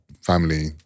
family